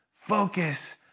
focus